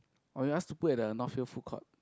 or you ask to put at the Northvale food court